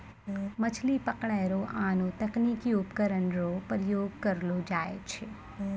मछली पकड़ै रो आनो तकनीकी उपकरण रो प्रयोग करलो जाय छै